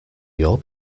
your